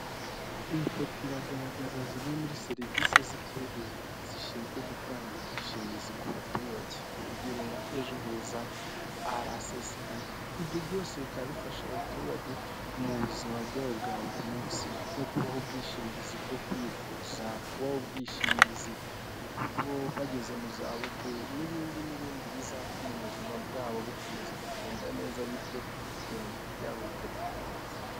Iyi foto iragaragaza zimwe muri serivisi z'igihugu zishinzwe gutanga ubwishingizi ku baturage. Urugero nka ejo heza araesiesibi, ibyo byose bikaba bifasha abaturage mu buzima bwabo bwa buri munsi. Nko kubaha ubwishingizi bwo kwivuza, kubaha ubwishingizi bageze mu za bukuru, n'ibindi n'ibindi bizatuma ubuzima bwabo bukomeza kugenda neza bityo iterambere ryabo rikagenda neza.